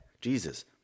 Jesus